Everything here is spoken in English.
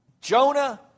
Jonah